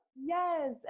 yes